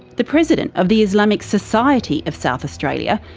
the president of the islamic society of south australia,